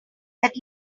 that